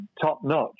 top-notch